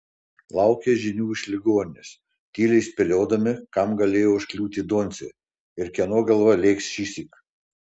laukė žinių iš ligoninės tyliai spėliodami kam galėjo užkliūti doncė ir kieno galva lėks šįsyk